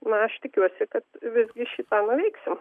na aš tikiuosi kad visgi šį tą nuveiksim